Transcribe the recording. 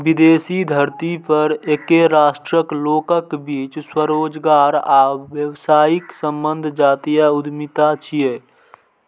विदेशी धरती पर एके राष्ट्रक लोकक बीच स्वरोजगार आ व्यावसायिक संबंध जातीय उद्यमिता छियै